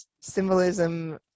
symbolism